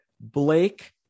Blake